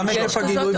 גם היקף הגילוי,